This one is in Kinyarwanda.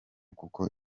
kuko